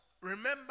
remember